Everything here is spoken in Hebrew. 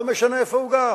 לא משנה איפה הוא גר.